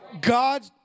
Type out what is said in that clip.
God